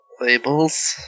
labels